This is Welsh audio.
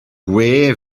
gwe